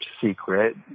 secret